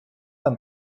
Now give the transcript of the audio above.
там